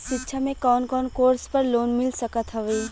शिक्षा मे कवन कवन कोर्स पर लोन मिल सकत हउवे?